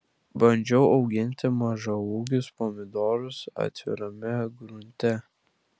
bandžiau auginti mažaūgius pomidorus atvirame grunte